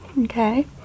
Okay